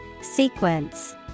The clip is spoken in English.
Sequence